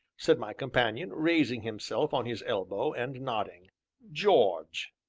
said my companion, raising himself on his elbow, and nodding george.